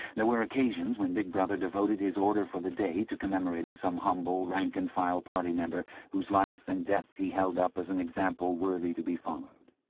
there were occasions when big brother devoted his order for the day to commemorating some humble, rank-and-file party member whose life and death he held up as an example worthy to be followed.